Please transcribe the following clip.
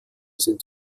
sind